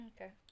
Okay